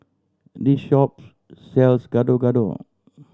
this shop sells Gado Gado